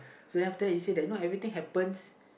so after that he say that you know everything happens